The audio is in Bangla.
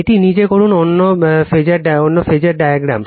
এটি নিজে করুন অন্য ফাসার ডায়াগ্রাম